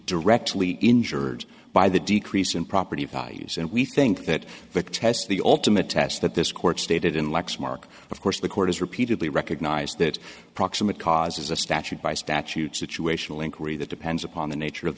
directly injured by the decrease in property values and we think that the test the ultimate test that this court stated in lexmark of course the court has repeatedly recognized that proximate cause is a statute by statute situational inquiry that depends upon the nature of